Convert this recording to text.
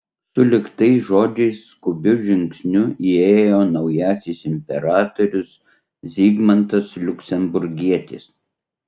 sulig tais žodžiais skubiu žingsniu įėjo naujasis imperatorius zigmantas liuksemburgietis